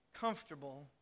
comfortable